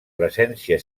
presència